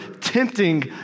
tempting